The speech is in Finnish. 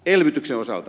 elvytyksen osalta